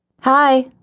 Hi